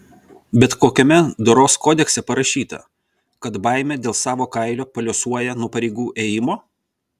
bet kokiame doros kodekse parašyta kad baimė dėl savo kailio paliuosuoja nuo pareigų ėjimo